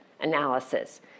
analysis